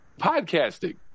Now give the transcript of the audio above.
podcasting